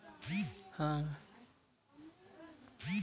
मछली पकड़ै रो आनो तकनीकी उपकरण रो प्रयोग करलो जाय छै